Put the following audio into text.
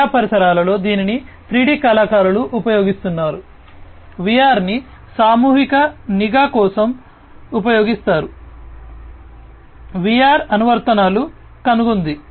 విద్యా పరిసరాలలో దీనిని 3D కళాకారులు ఉపయోగిస్తున్నారు VR ను సామూహిక నిఘా కోసం ఉపయోగిస్తారు VR అనువర్తనాలను కనుగొంది